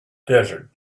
desert